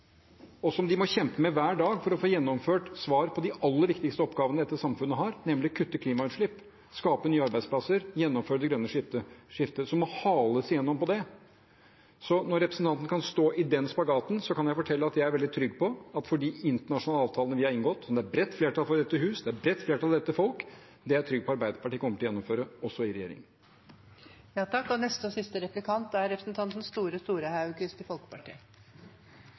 klimaendringer, som de må kjempe mot hver dag for å få gjennomført de aller viktigste oppgavene dette samfunnet har, nemlig å kutte klimagassutslipp, skape nye arbeidsplasser og gjennomføre det grønne skiftet, og som må hales igjennom når det gjelder det. Når representanten kan stå i den spagaten, kan jeg fortelle at de internasjonale avtalene vi har inngått, som det er bredt flertall for i dette hus, og som det er bredt flertall for i dette folk, er jeg veldig trygg på at Arbeiderpartiet kommer til å gjennomføre også i regjering. Representanten